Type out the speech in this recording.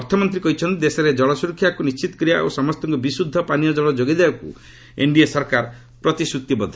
ଅର୍ଥମନ୍ତ୍ରୀ କହିଛନ୍ତି ଦେଶରେ ଜଳସୁରକ୍ଷାକୁ ନିର୍ଣିତ କରିବା ଓ ସମସ୍ତଙ୍କୁ ବିଶୁଦ୍ଧ ପାନୀୟ କଳ ଯୋଗାଇ ଦେବାକୁ ଏନ୍ଡିଏ ସରକାର ପ୍ରତିଶ୍ରତିବଦ୍ଧ